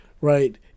right